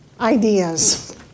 ideas